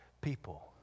people